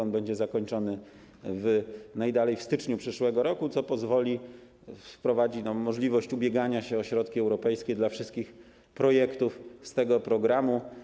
On będzie zakończony najdalej w styczniu przyszłego roku, co pozwoli, da możliwość ubiegania się o środki europejskie dla wszystkich projektów z tego programu.